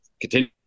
continue